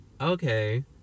okay